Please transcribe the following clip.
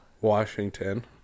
Washington